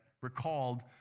recalled